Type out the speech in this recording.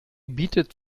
bietet